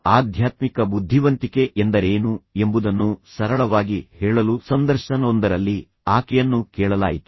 ಆಧ್ಯಾತ್ಮಿಕ ಬುದ್ಧಿವಂತಿಕೆ ಎಂದರೇನು ಎಂಬುದನ್ನು ಸರಳವಾಗಿ ಹೇಳಲು ಸಂದರ್ಶನವೊಂದರಲ್ಲಿ ಆಕೆಯನ್ನು ಕೇಳಲಾಯಿತು